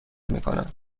میکند